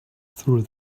through